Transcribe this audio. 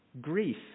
grief